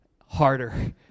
harder